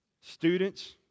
Students